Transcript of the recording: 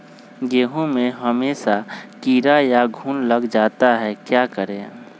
गेंहू में हमेसा कीड़ा या घुन लग जाता है क्या करें?